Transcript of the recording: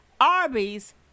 Arby's